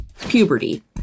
puberty